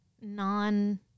non-